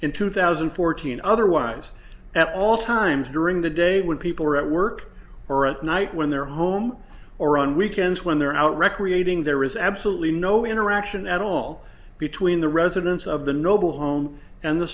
in two thousand and fourteen otherwise at all times during the day when people are at work or at night when they're home or on weekends when they're out recreating there is absolutely no interaction at all between the residents of the noble home and the